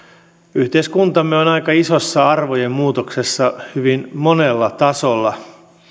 yhteiskuntamme on aika isossa arvojen muutoksessa hyvin monella tasolla